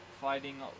Fighting